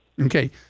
Okay